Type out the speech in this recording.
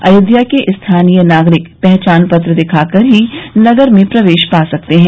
अयोध्या के स्थानीय नागरिक पहचान पत्र दिखा कर ही नगर में प्रवेश पा सकते हैं